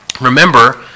Remember